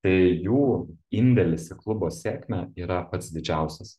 tai jų indėlis į klubo sėkmę yra pats didžiausias